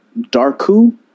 Darku